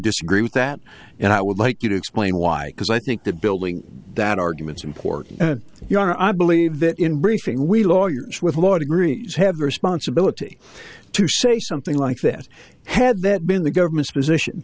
disagree with that and i would like you to explain why because i think the building that arguments important you are i believe that in briefing we lawyers with law degrees have a responsibility to say something like that had that been the government's position